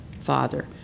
Father